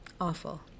awful